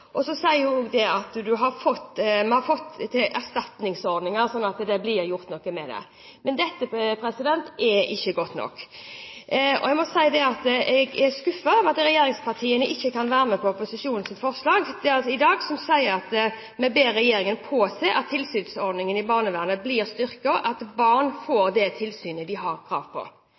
og har fått til erstatningsordninger, slik at det blir gjort noe med det, så er ikke dette godt nok. Jeg må si at jeg er skuffet over at regjeringspartiene ikke kan være med på opposisjonens forslag i dag, der vi ber regjeringen påse at tilsynsordningen i barnevernet blir styrket, at barn får det tilsynet de har krav på.